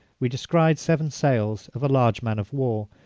we descried seven sail so of large men of war,